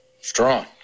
Strong